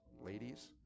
ladies